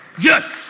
Yes